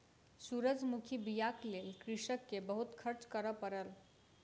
सूरजमुखी बीयाक लेल कृषक के बहुत खर्च करअ पड़ल